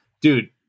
dude